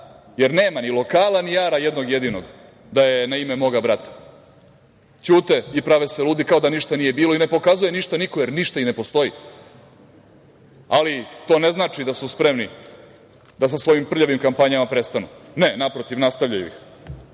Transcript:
jer nema ni lokala ni ara jednog jedinog da je na ime moga brata, ćute i prave se ludi kao da ništa nije bilo i ne pokazuje ništa niko, jer ništa i ne postoji. To ne znači da su spremni da sa svojim prljavim kampanjama prestanu. Ne, naprotiv, nastavljaju ih.